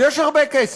אז יש הרבה כסף.